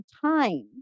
time